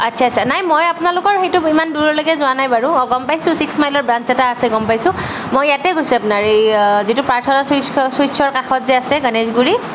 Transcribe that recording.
আচ্চা আচ্চা নাই মই আপোনালোকৰ সেইটো ইমান দূৰলৈকে যোৱা নাই বাৰু অঁ গম পাইছোঁ ছিক্স মাইলত ব্ৰাঞ্চ এটা আছে গম পাইছোঁ মই ইয়াতে গৈছোঁ আপোনাৰ এই যিটো পাৰ্থ চুইটছ খন চুইটছৰ কাষত যে আছে গণেশগুৰি